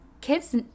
Kids